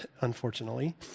unfortunately